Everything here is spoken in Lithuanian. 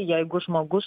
jeigu žmogus